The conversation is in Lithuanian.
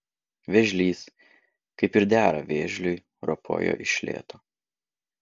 vėžlys kaip ir dera vėžliui ropojo iš lėto